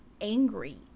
angry